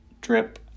drip